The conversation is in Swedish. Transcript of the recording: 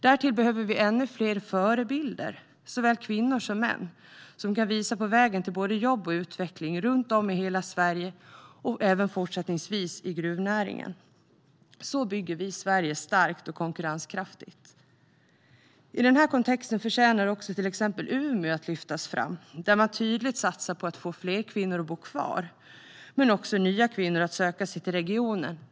Därtill behöver vi ännu fler förebilder i gruvnäringen - såväl kvinnor som män - som kan visa på vägen till både jobb och utveckling runt om i hela Sverige även fortsättningsvis. Så bygger vi Sverige starkt och konkurrenskraftigt! I den här kontexten förtjänar också till exempel Umeå att lyftas fram. Där satsar man tydligt på att få fler kvinnor att bo kvar men också på att få nya kvinnor att söka sig till regionen.